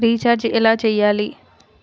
Recharge ఎలా చెయ్యాలి?